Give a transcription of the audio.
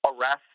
arrest